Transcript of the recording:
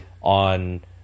on